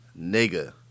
nigga